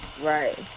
Right